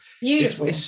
Beautiful